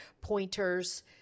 pointers